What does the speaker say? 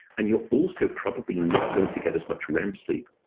and you're also probably not going to get as much rem sleep.